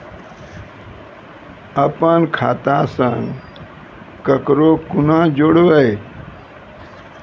अपन खाता संग ककरो कूना जोडवै?